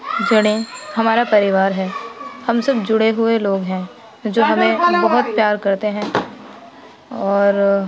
جڑیں ہمارا پریوار ہے ہم سب جڑے ہوئے لوگ ہیں جو ہمیں بہت پیار کرتے ہیں اور